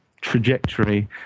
trajectory